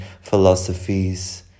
philosophies